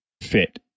fit